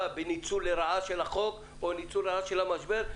בניצול לרעה של החוק או ניצול לרעה של המשבר.